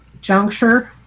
juncture